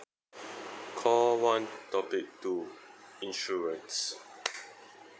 call one topic two insurance